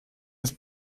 ist